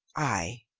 ay,